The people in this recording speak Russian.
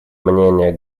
мнения